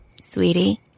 Sweetie